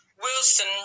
Wilson